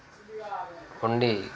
వండి